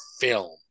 film